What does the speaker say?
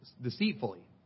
deceitfully